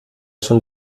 schon